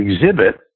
exhibit